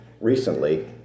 recently